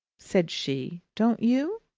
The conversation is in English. said she. don't you?